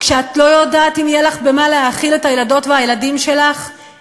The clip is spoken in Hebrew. כשאת לא יודעת אם יהיה לך במה להאכיל את הילדות והילדים שלך,